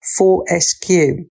4SQ